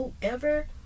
whoever